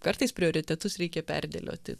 kartais prioritetus reikia perdėlioti